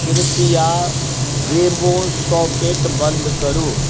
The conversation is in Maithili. कृपया वेमो सॉकेट बन्द करु